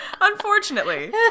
Unfortunately